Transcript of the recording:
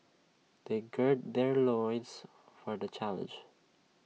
they gird their loins for the challenge